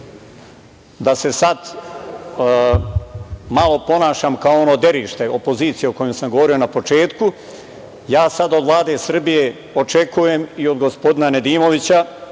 se sad malo ponašam kao ono derište, opozicija, o kojem sam govorio na početku, ja sad od Vlade Srbije očekujem i od gospodina Nedimovića,